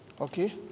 Okay